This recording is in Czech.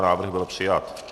Návrh byl přijat.